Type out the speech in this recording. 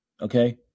okay